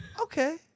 Okay